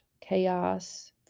chaos